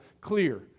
clear